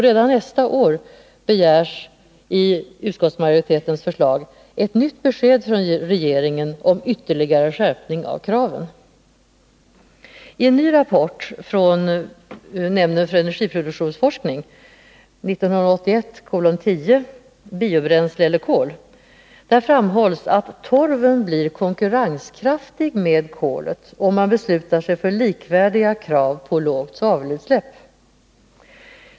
Redan nästa år begärs i utskottsmajoritetens förslag ett nytt besked från regeringen om ytterligare skärpning av kraven. I en ny rapport från nämnden för energiproduktionsforskning framhålls att torven blir konkurrenskraftig med kolet om man beslutar sig för likvärdiga krav på lågt svavelutsläpp.